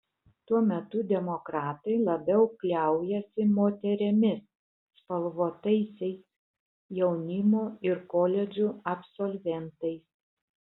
tuo metu demokratai labiau kliaujasi moterimis spalvotaisiais jaunimu ir koledžų absolventais